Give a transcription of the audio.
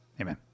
Amen